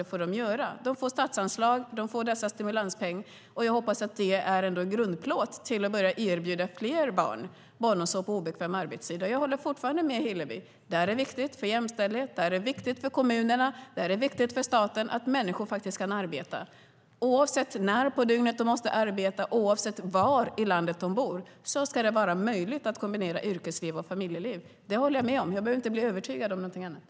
Kommunerna får statsanslag och denna stimulanspeng, och jag hoppas att det är en grundplåt för dem att börja erbjuda fler barn barnomsorg på obekväm arbetstid. Jag håller fortfarande med Hillevi. Det är viktigt för jämställdhet, det är viktigt för kommunerna och det är viktigt för staten att människor kan arbeta. Oavsett när på dygnet de måste arbeta och oavsett var i landet de bor ska de ha möjlighet att kombinera yrkesliv och familjeliv. Det håller jag med om. Jag behöver inte bli övertygad om någonting annat.